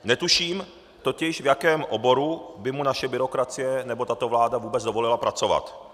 Netuším totiž, v jakém oboru by mu naše byrokracie nebo tato vláda dovolila pracovat.